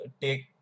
take